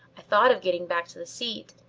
i thought of getting back to the seat,